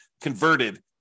converted